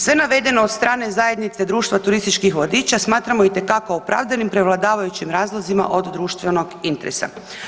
Sve navedeno od strane Zajednice društva turističkih vodiča smatramo itekako opravdanim i prevladavajućim razlozima od društvenog interesa.